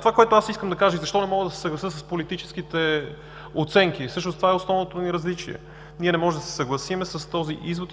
Това, което искам да кажа и защо не мога да се съглася с политическите оценки. Всъщност това е основното ни различие. Ние не можем да се съгласим с този извод